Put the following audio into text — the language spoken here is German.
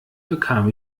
bekam